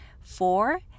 Four